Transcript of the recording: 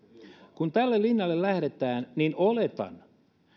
kun tälle linjalle lähdetään niin oletan